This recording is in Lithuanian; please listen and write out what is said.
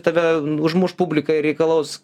tave užmuš publikai reikalaus